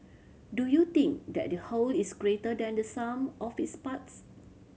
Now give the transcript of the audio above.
do you think that the whole is greater than the sum of its parts